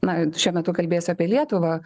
na šiuo metu kalbėsiu apie lietuvą